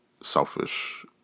selfish